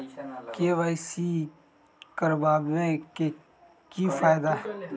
KYC करवाबे के कि फायदा है?